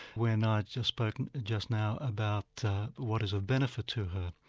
when i'd just spoken and just now about what is a benefit to her.